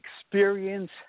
experience